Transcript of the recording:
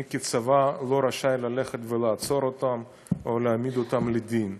אני כצבא לא רשאי ללכת ולעצור אותם או להעמיד אותם לדין.